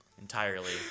entirely